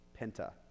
Penta